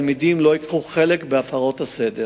העירו תלמידים משנתם ועצרו אותם בלי לאפשר להם להתלבש.